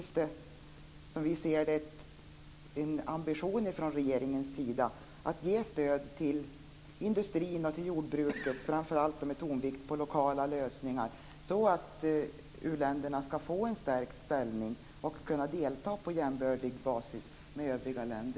Som vi ser det finns det hos regeringen en ambition att ge stöd till industrin och jordbruket, framför allt med tonvikt på lokala lösningar, så att uländerna skall få en stärkt ställning och på jämbördig basis kunna delta i handeln med övriga länder.